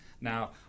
Now